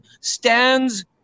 stands